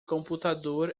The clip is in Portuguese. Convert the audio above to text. computador